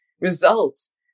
results